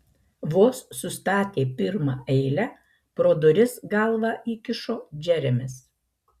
vos sustatė pirmą eilę pro duris galvą įkišo džeremis